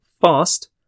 fast